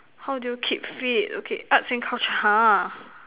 how do you keep fit okay arts and culture !huh!